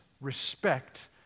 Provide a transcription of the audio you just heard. respect